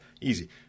easy